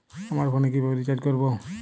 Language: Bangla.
আমার ফোনে কিভাবে রিচার্জ করবো?